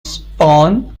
spawn